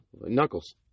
knuckles